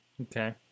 Okay